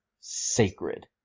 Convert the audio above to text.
sacred